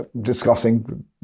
discussing